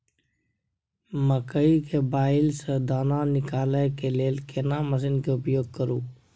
मकई के बाईल स दाना निकालय के लेल केना मसीन के उपयोग करू?